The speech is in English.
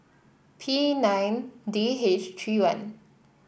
P nine D H three one